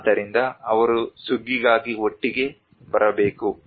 ಆದ್ದರಿಂದ ಅವರು ಸುಗ್ಗಿಗಾಗಿ ಒಟ್ಟಿಗೆ ಬರಬೇಕು